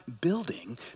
building